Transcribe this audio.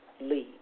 Leave